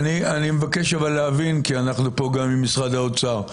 אני מבקש להבין כי אנחנו פה גם עם משרד האוצר.